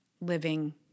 living